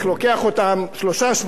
שלושה שבועות מסתובב אתם.